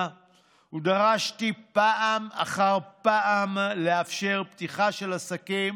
ודרשתי פעם אחר פעם לאפשר פתיחה של עסקים